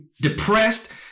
depressed